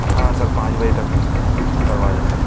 ہاں سر پانج بجے تک کروا دیں سر